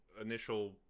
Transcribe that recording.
initial